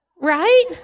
right